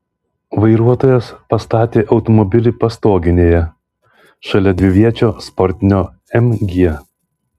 vairuotojas pastatė automobilį pastoginėje šalia dviviečio sportinio mg